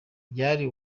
byari